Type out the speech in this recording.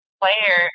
player